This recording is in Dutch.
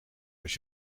als